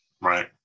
Right